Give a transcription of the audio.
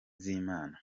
z’imana